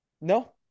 no